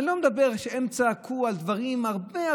אני לא מדבר על כך שהם צעקו על דברים פחותים בהרבה,